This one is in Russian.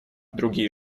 другие